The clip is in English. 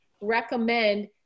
recommend